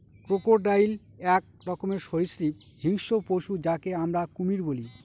crocodile এক রকমের সরীসৃপ হিংস্র পশু যাকে আমরা কুমির বলি